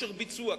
כושר ביצוע,